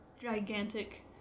gigantic